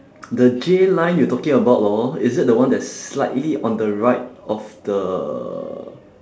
the J line you talking about lor is it the one that is slightly on the right of the